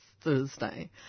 Thursday